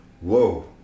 Whoa